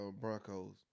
Broncos